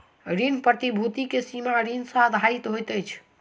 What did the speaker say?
ऋण प्रतिभूति के सीमा ऋण सॅ आधारित होइत अछि